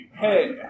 hey